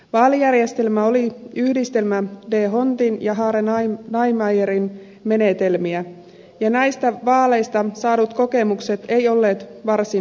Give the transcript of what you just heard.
vaalijärjestelmä oli yhdistelmä dhondtin ja hareniemeyerin menetelmiä ja näistä vaaleista saadut kokemukset eivät olleet varsin hyviä